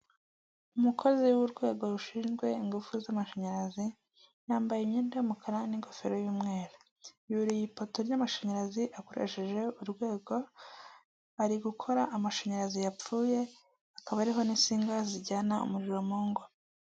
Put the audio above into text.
Umukozi w'urwego rushinzwe ingufu z'amashanyarazi yambaye imyenda y'umukara, n'ingofero y'umweru, yuriye ipoto y'amashanyarazi akoresheje urwego, ari gukora amashanyarazi yapfuye akaba ariho n'insinga zijyana umuriro mu ngo.